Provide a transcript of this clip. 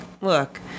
Look